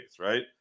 right